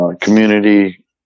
community